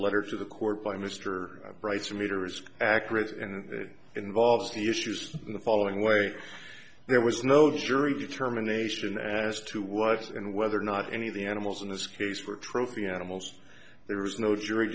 letter to the court by mr brice meter is accurate and it involves the issues in the following way there was no jury determination as to what and whether or not any of the animals in this case were trophy animals there was no jury